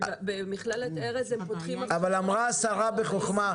במכללת ארז הם פותחים --- אבל אמרה השרה בחוכמה,